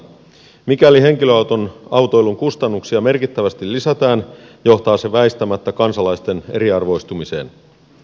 mikäli henkilöautoilun kustannuksia merkittävästi lisätään johtaa se väistämättä kansalaisten eriarvoistumiseen